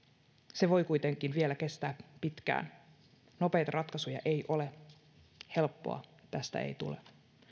se voi kuitenkin kestää vielä pitkään nopeita ratkaisuja ei ole ja helppoa tästä ei tule